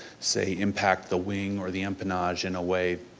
say, impact the wing or the empennage in a way,